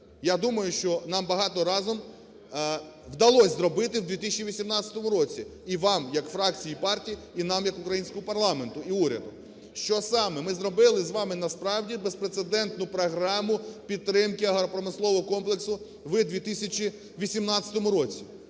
я думаю, що нам багато разом вдалось зробити в 2018 році, і вам як фракції і партії, і нам як українському парламенту і уряду. Що саме ми зробили з вами насправді безпрецедентну програму підтримки агропромислового комплексу в 2018 році.